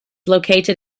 located